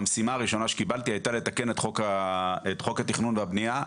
המשימה הראשונה שקיבלתי הייתה לתקן את חוק התכנון והבנייה,